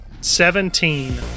seventeen